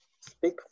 speak